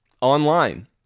online